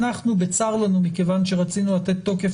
אנחנו בצר לנו מכיוון שרצינו לתת תוקף